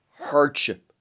hardship